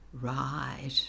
Right